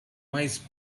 mice